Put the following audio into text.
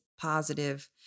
positive